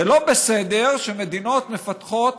זה לא בסדר שמדינות מפתחות